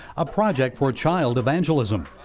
a project for child evangelism,